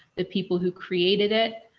the people who created it,